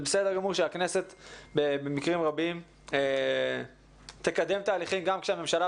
בסדר גמור שהכנסת במקרים רבים תקדם תהליכים גם כשהממשלה,